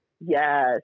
Yes